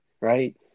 right